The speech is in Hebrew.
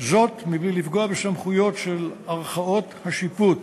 בלי לפגוע בסמכויות של ערכאות השיפוט.